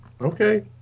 Okay